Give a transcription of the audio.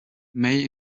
may